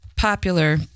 Popular